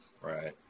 Right